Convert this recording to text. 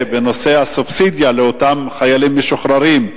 בנושא הסובסידיה לאותם חיילים משוחררים,